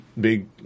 big